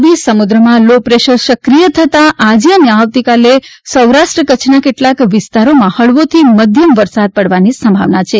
અરબી સમુદ્રમાં low pressure સક્રિય થતા આજે અને આવતીકાલે સૌરાષ્ટ્ર કચ્છના કેટલાક વિસ્તારોમાં હળવોથી મધ્યમ વરસાદ પડવાની સંભાવના છે